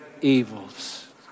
evils